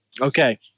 Okay